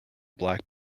black